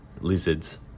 lizards